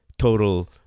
total